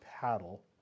paddle